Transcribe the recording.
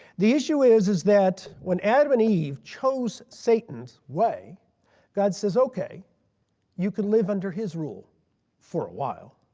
the issue is is that when adam and eve chose satan's way god says okay you can live under his rule for a while